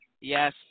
yes